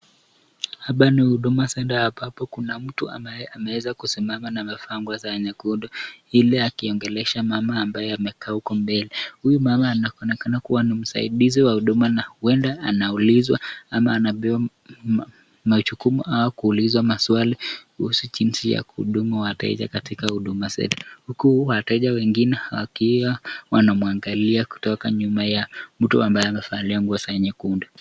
Hapa ni huduma centre ambapo kuna mama mmoja ambae